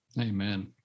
Amen